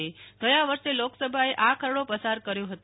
દ ગયા વર્ષે લોકસભાએ આ ખરડો પસાર કર્યો હતો